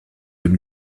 dem